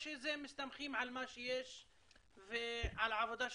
משם לבקש תקציב תוספתי.